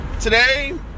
Today